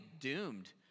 doomed